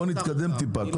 בוא נתקדם טיפה,